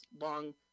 long